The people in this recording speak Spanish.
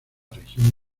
región